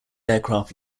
aircraft